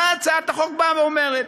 מה הצעת החוק באה ואומרת?